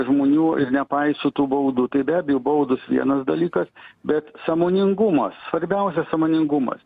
žmonių ir nepaiso tų baudų tai be abejo baudos vienas dalykas bet sąmoningumas svarbiausia sąmoningumas